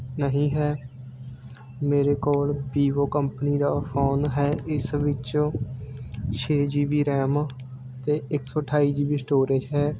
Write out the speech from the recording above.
ਨਹੀਂ ਹੈ ਮੇਰੇ ਕੋਲ ਵੀਵੋ ਕੰਪਨੀ ਦਾ ਫੋਨ ਹੈ ਇਸ ਵਿੱਚ ਛੇ ਜੀ ਬੀ ਰੈਮ ਅਤੇ ਇੱਕ ਸੌ ਅਠਾਈ ਜੀ ਬੀ ਸਟੋਰੇਜ ਹੈ